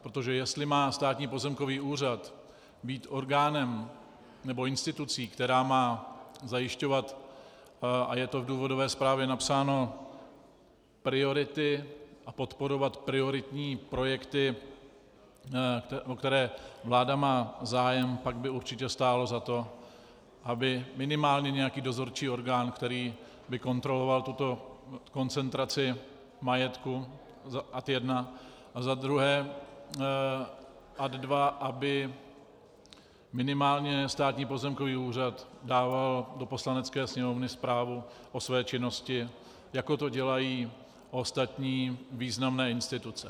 Protože jestli má Státní pozemkový úřad být orgánem nebo institucí, která má zajišťovat, a je to v důvodové zprávě napsáno, priority a podporovat prioritní projekty, o které vláda má zájem, pak by určitě stálo za to, aby minimálně nějaký dozorčí orgán, který by kontroloval tuto koncentraci majetku, ad 1, a za druhé, ad 2, aby minimálně Státní pozemkový úřad dával do Poslanecké sněmovny zprávu o své činnosti, jako to dělají ostatní významné instituce.